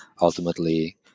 ultimately